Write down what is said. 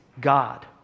God